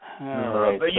right